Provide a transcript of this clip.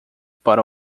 para